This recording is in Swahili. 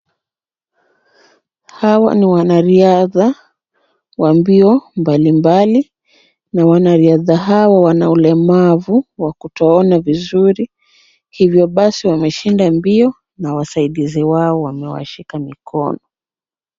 Hawa ni wanariadha wa mbio mbalimbali na wanariadha hawa wana ulemavu wa kutoona vizuri hivyo basi wameshinda mbio na wasaidizi wao wamewashika mikono.